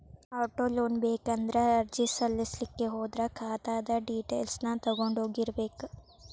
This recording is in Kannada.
ಆಟೊಲೊನ್ ಬೇಕಂದ್ರ ಅರ್ಜಿ ಸಲ್ಲಸ್ಲಿಕ್ಕೆ ಹೋದ್ರ ಖಾತಾದ್ದ್ ಡಿಟೈಲ್ಸ್ ತಗೊಂಢೊಗಿರ್ಬೇಕ್